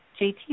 JT